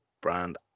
Brand